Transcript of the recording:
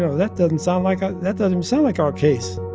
so that doesn't sound like ah that doesn't sound like our case